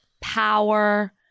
power